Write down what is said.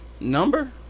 Number